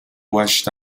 washes